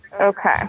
okay